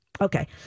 Okay